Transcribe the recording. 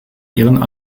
ihren